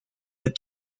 the